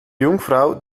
jungfrau